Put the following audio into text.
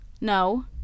no